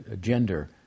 gender